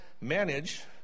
manage